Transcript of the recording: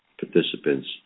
participants